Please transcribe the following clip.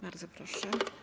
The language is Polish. Bardzo proszę.